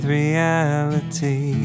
reality